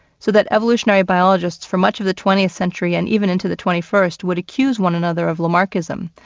so that evolutionary biologists for much of the twentieth century and even into the twenty first would accuse one another of lamarckism,